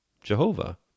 Jehovah